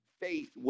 faith